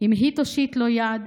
"אם היא תושיט לו יד"